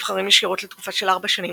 נבחרים ישירות לתקופה של ארבע שנים,